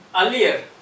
Earlier